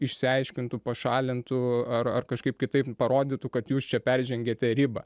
išsiaiškintų pašalintų ar ar kažkaip kitaip parodytų kad jūs čia peržengėte ribą